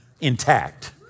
intact